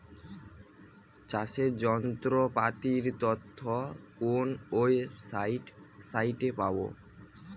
চাষের যন্ত্রপাতির তথ্য কোন ওয়েবসাইট সাইটে পাব?